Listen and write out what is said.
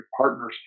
partners